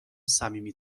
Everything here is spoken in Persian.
صمیمی